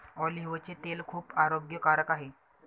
ऑलिव्हचे तेल खूप आरोग्यकारक आहे